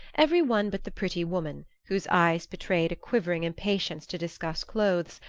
every one but the pretty woman, whose eyes betrayed a quivering impatience to discuss clothes,